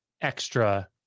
extra